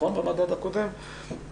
במדד הקודם,